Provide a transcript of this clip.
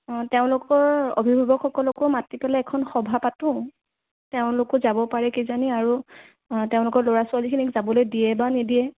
অ' তেওঁলোকৰ অভিভাৱকসকলকো মাতি পেলাই এখন সভা পাতোঁ তেওঁলোকো যাব পাৰে কিজানি আৰু তেওঁলোকৰ ল'ৰা ছোৱালীখিনিক যাবলৈ দিয়ে বা নিদিয়ে